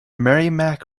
merrimack